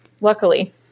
Luckily